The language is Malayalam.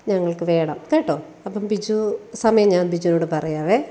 ഞങ്ങൾക്ക് വേണം കേട്ടോ അപ്പം ബിജു സമയം ഞാൻ ബിജുവിനോട് പറയാവേ